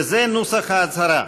וזה נוסח ההצהרה: